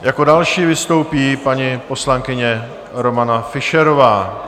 Jako další vystoupí paní poslankyně Romana Fischerová.